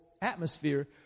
atmosphere